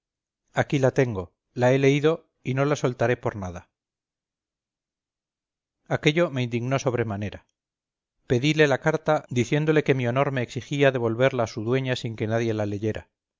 aquí la tengo la he leído y no la soltaré por nada aquello me indignó sobremanera pedile la carta diciéndole que mi honor me exigía devolverla a su dueña sin que nadie la leyera